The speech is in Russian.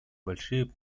большие